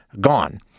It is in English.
gone